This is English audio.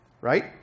right